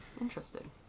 Interesting